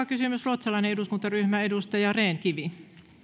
kysymys ruotsalainen eduskuntaryhmä edustaja rehn kivi